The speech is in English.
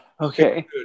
Okay